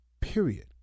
period